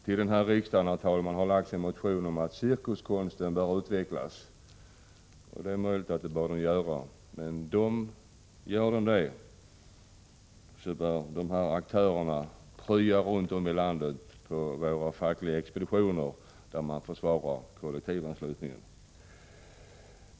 Vid detta riksmöte har, herr talman, väckts en motion om att cirkuskonsten bör utvecklas, och det är möjligt att så bör bli fallet. Men om så sker, bör aktörerna i fråga prya runt om i landet på våra fackliga organisationer där man försvarar kollektivanslutningen.